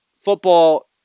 football